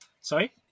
Sorry